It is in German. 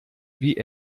wie